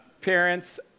parents